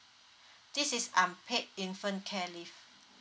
this is unpaid infant care leave